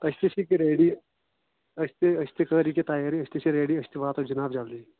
أسۍ تہِ چھِ ییٚکیٛاہ ریڈی أسۍ تہِ أسۍ تہِ کٔر ییٚکیٛاہ تیٲری أسۍ تہِ چھِ ریڈی أسۍ تہِ واتو جِناب جَلدی